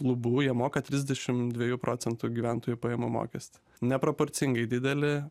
lubų jie moka trisdešim dviejų procentų gyventojų pajamų mokestį neproporcingai didelį